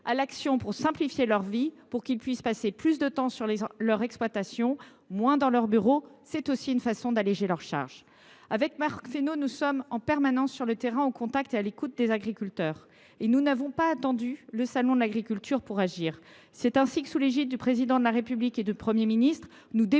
les nôtres, pour simplifier leur vie, afin qu’ils puissent passer plus de temps sur leur exploitation et moins dans leur bureau – c’est aussi une façon d’alléger leurs charges. Avec Marc Fesneau, je suis en permanence sur le terrain, au contact et à l’écoute des agriculteurs. Nous n’avons pas attendu le salon de l’agriculture pour agir. C’est ainsi que, sous l’égide du Président de la République et du Premier ministre, nous déployons